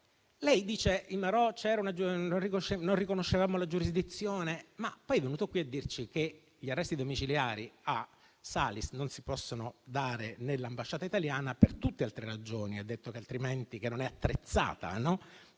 lei dice che non riconoscevamo la giurisdizione, ma poi è venuto qui a dirci che gli arresti domiciliari a Salis non si possono dare nell'ambasciata italiana per tutte altre ragioni. Ha detto che l'ambasciata non è attrezzata,